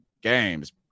games